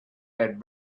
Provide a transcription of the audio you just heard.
had